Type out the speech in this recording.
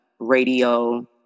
radio